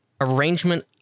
arrangement